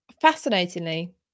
Fascinatingly